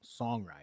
songwriting